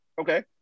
Okay